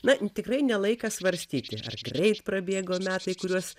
na tikrai ne laikas svarstyti ar greit prabėgo metai kuriuos